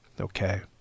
Okay